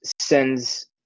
sends